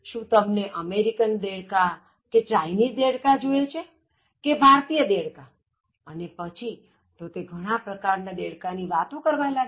શું તમને અમેરિકન દેડકા કે ચાઇનીઝ દેડકા જોઇએ છે કે ભારતીય દેડકા અને પછી તે ઘણાં પ્રકાર ના દેડકા ની વાતો કરવા લાગ્યો